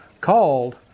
called